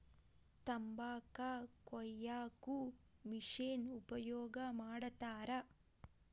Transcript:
ತಂಬಾಕ ಕೊಯ್ಯಾಕು ಮಿಶೆನ್ ಉಪಯೋಗ ಮಾಡತಾರ